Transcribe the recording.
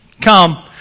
come